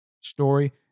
story